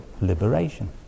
liberation